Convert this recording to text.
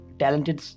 talented